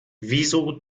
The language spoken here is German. wieso